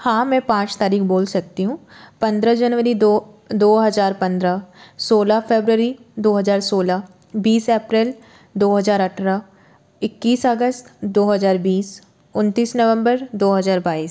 हाँ मैं पाँच तारीख बोल सकती हूँ पंद्रह जनवरी दो दो हजार पंद्रह सोलह फेबररी दो हजार सोलह बीस अप्रेल दो हजार अठारह इक्कीस अगस्त दो हजार बीस उनतीस नवम्बर दो हजार बाईस